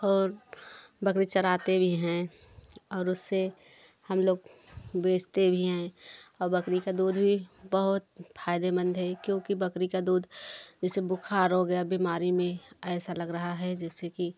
और बकरी चराते भी हैं और उसे हम लोग बेचते भी हैं बकरी का दूध भी बहुत फायदेमंद है क्योंकि बकरी का दूध जैसे बुखार हो गया बीमारी में ऐसा लग रहा है जैसे कि